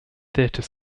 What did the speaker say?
theatre